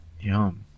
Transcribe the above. Yum